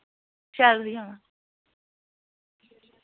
शैल